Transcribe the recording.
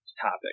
topic